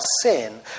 sin